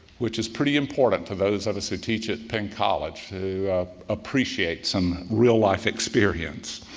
which is pretty important to those of us who teach at penn college to appreciate some real life experience.